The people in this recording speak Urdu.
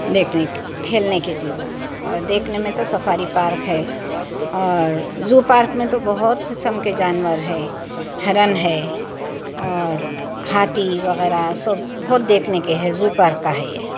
دیکھتے کھیلنے کی چیزاں اور دیکھنے میں تو سفاری پارک ہے اور زو پارک میں تو بہت خسم کے جانور ہے ہرن ہے اور ہاتھی وغیرہ سب بہت دیکھنے کے ہے زو پارک کا ہے یہ